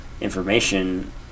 Information